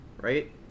right